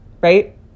right